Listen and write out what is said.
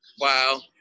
Wow